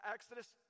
Exodus